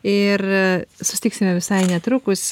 ir susitiksime visai netrukus